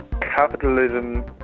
Capitalism